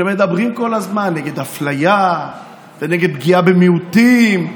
שמדברים כל הזמן נגד אפליה ונגד פגיעה במיעוטים,